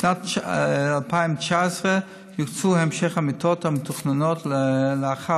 בשנת 2019 תימשך הקצאת המיטות המתוכננת לאחר